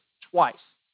twice